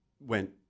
went